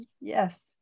Yes